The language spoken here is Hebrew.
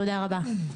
תודה רבה.